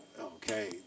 okay